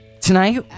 tonight